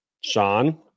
Sean